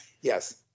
yes